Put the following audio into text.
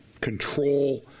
control